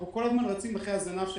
אנחנו כל הזמן רצים אחרי הזנב שלנו.